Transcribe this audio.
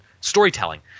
storytelling